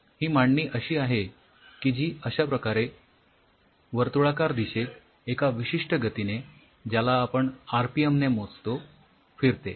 ही अशी मांडणी आहे की जी अश्या प्रकारे वर्तुळाकार दिशेत एका विशिष्ठ गतीने ज्याला आपण आरपीएम ने मोजतो फिरते